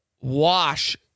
wash